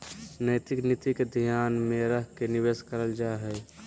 नैतिक नीति के ध्यान में रख के निवेश करल जा हइ